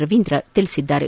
ರವೀಂದ್ರ ತಿಳಿಸಿದ್ದಾರೆ